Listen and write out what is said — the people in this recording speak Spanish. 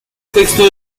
texto